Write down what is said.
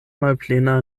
malplena